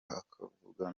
akavuga